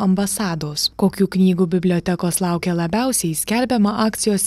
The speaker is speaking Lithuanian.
ambasados kokių knygų bibliotekos laukia labiausiai skelbiama akcijos